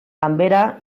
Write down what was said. ganbera